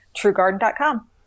TrueGarden.com